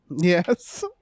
yes